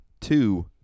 two